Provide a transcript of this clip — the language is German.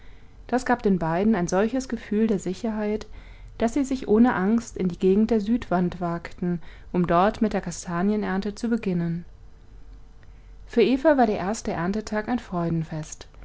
das gab den beiden ein solches gefühl der sicherheit daß sie sich ohne angst in die gegend der südwand wagten um dort mit der kastanienernte zu beginnen für eva war der erste erntetag ein freudenfest